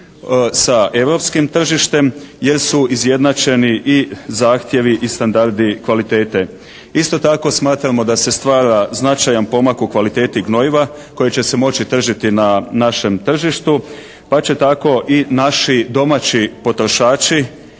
sa europskim tržištem, jer su izjednačeni i zahtjevi i standardi kvalitete. Isto tako smatramo da se stvara značajan pomak u kvaliteti gnojiva koji će se moći tržiti na našem tržištu, pa će tako i naši domaći potrošači,